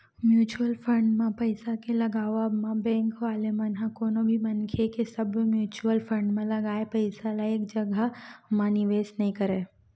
mutual fund म पइसा के लगावब म बेंक वाले मन ह कोनो भी मनखे के सब्बो म्युचुअल फंड म लगाए पइसा ल एक जघा म निवेस नइ करय